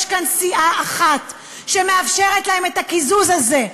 יש כאן סיעה אחת שמאפשרת להם את הקיזוז הזה.